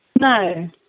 no